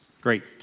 Great